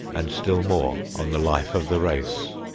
and still more on the life of the race.